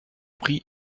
pris